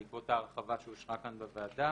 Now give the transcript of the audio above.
בעקבות ההרחבה שאושרה כאן בוועדה